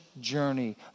journey